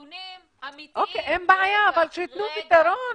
נתונים אמיתיים --- אין בעיה, אבל שיתנו פתרון.